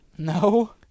No